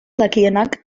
dakienak